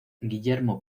guillermo